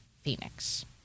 Phoenix